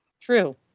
True